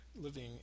living